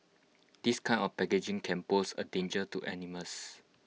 this kind of packaging can pose A danger to animals